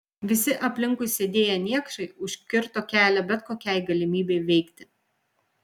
visi aplinkui sėdėję niekšai užkirto kelią bet kokiai galimybei veikti